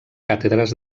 càtedres